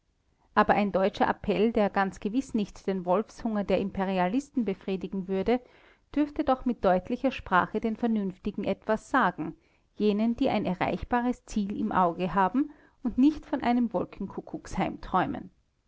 aber ein deutscher appell der ganz gewiß nicht den wolfshunger der imperialisten befriedigen würde dürfte doch mit deutlicher sprache den vernünftigen etwas sagen jenen die ein erreichbares ziel im auge haben und nicht von einem wolkenkuckucksheim